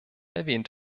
erwähnt